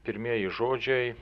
pirmieji žodžiai